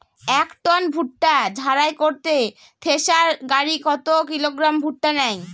এক টন ভুট্টা ঝাড়াই করতে থেসার গাড়ী কত কিলোগ্রাম ভুট্টা নেয়?